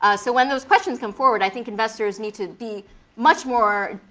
ah so when those questions come forward, i think investors need to be much more